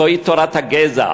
זוהי תורת הגזע.